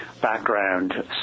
background